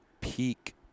peak